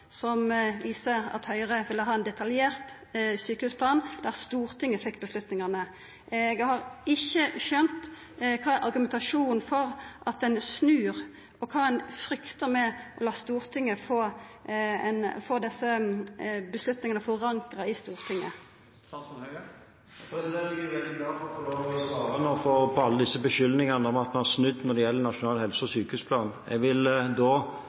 som viser at Høgre ville ha ein detaljert sjukehusplan, der Stortinget skulle ta avgjerdene. Eg har ikkje skjønt kva som er argumentasjonen for at ein snur, og kva ein fryktar ved å få desse avgjerdene forankra i Stortinget. Jeg er veldig glad for å få svare på alle beskyldningene om at vi har snudd når det gjelder Nasjonal helse- og sykehusplan. Jeg vil